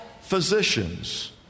physicians